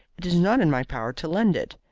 it is not in my power to lend it.